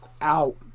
Out